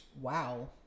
Wow